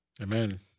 Amen